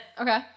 Okay